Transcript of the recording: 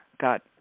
got